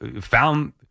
found